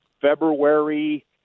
February